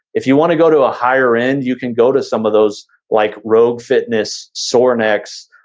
if you wanna go to a higher end, you can go to some of those like rogue fitness, sorinex,